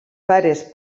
pares